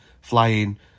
flying